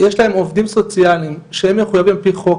יש להם עובדים סוציאליים שהם מחויבים על פי חוק,